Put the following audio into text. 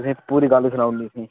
तुसें ई पूरी गल्ल सनाई ओड़नी तुसें ई